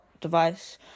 device